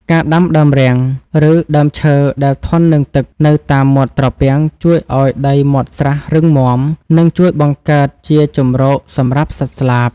ការដាំដើមរាំង ឬដើមឈើដែលធន់នឹងទឹកនៅតាមមាត់ត្រពាំងជួយឱ្យដីមាត់ស្រះរឹងមាំ និងជួយបង្កើតជាជម្រកសម្រាប់សត្វស្លាប។